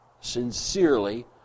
sincerely